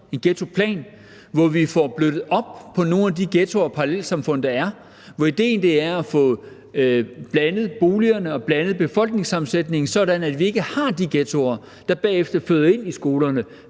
en ghettoplan, hvor vi får blødt op på nogle af de ghetto- og parallelsamfund, der er, hvor ideen er at få blandede boliger og blandet befolkningssammensætning, sådan at vi ikke har de ghettoer, der bagefter flytter ind i skolerne